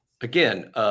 again